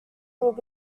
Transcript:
would